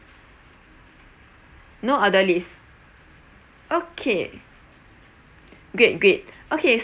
no elderlies okay great great okay